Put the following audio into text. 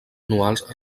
anuals